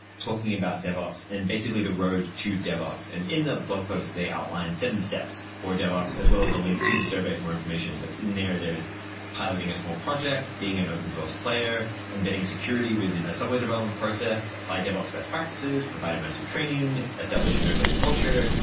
talking about devops and basically the road to devops. and in the blog post, they outline seven steps for devops, as well as a link to the survey for more information. but in there, there is piloting a small project, being an open-source player, embedding security within a software development process, apply devops best practices, provide immersive training, establish a no-blame culture,